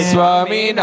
Swami